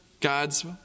God's